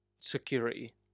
security